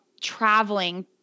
traveling